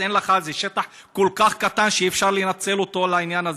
זה שטח כל כך קטן שאי-אפשר לנצל אותו לעניין הזה.